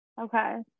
Okay